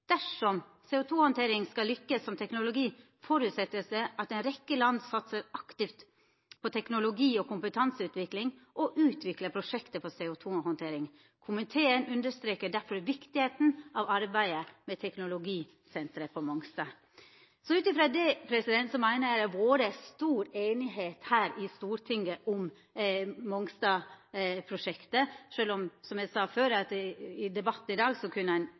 Dersom CO2-håndtering skal lykkes som teknologi forutsettes det at en rekke land satser aktivt på teknologi- og kompetanseutvikling og utvikler prosjekter for CO2-håndtering. Komiteen understreker derfor viktigheten av arbeidet ved Teknologisenteret på Mongstad.» Ut frå det meiner eg det har vore stor einigheit her i Stortinget om Mongstad-prosjektet, sjølv om – som eg sa før – det i debatten i dag